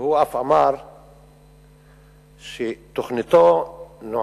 והוא אף אמר שתוכניתו נועדה